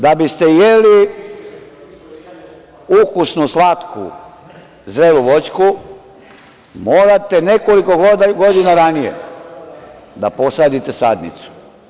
Da biste jeli ukusnu, slatku, zrelu voćku, morate nekoliko godina ranije da posadite sadnicu.